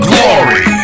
Glory